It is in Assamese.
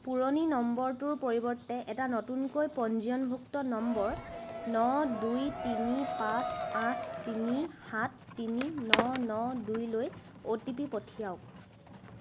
পুৰণি নম্বৰটোৰ পৰিৱৰ্তে এটা নতুনকৈ পঞ্জীয়নভুক্ত নম্বৰ ন দুই তিনি পাঁচ আঠ তিনি সাত তিনি ন ন দুইলৈ অ' টি পি পঠিয়াওক